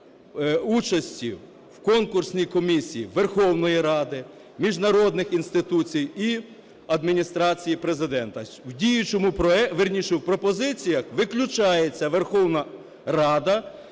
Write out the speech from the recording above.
участі в конкурсній комісії Верховної Ради, міжнародних інституцій і Адміністрації Президента. В діючому проекті, вірніше, в пропозиціях виключається Верховна Рада